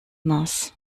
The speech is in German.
nass